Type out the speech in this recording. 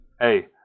Hey